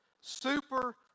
Super